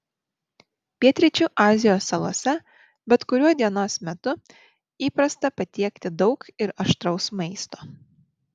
pietryčių azijos salose bet kuriuo dienos metu įprasta patiekti daug ir aštraus maisto